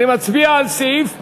קבוצת סיעת ש"ס,